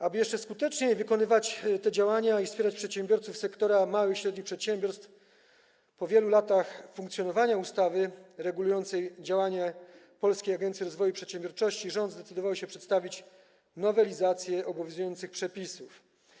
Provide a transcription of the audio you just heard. Aby jeszcze skuteczniej wykonywać te działania i wspierać przedsiębiorców sektora małych i średnich przedsiębiorstw, po wielu latach funkcjonowania ustawy regulującej działanie Polskiej Agencji Rozwoju Przedsiębiorczości, rząd zdecydował się przedstawić nowelizację obowiązujących przepisów.